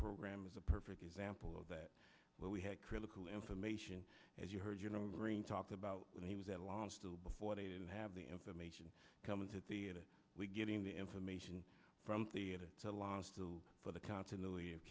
program is a perfect example of that where we had critical information as you heard you know green talked about when he was at a loss to before they didn't have the information coming to the we getting the information from the last two for the continuity of